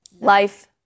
life